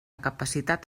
capacitat